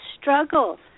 struggle